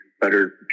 better